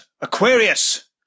Aquarius